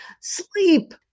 Sleep